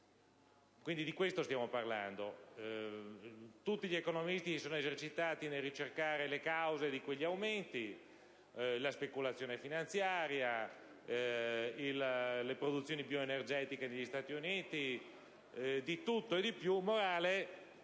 prima: di questo stiamo parlando, colleghi. Tutti gli economisti si sono esercitati nel ricercare le cause di quegli aumenti: la speculazione finanziaria, le produzioni bioenergetiche negli Stati Uniti. La conclusione